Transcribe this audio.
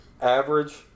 average